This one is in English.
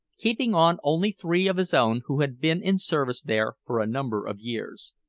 keeping on only three of his own who had been in service there for a number of years.